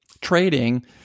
trading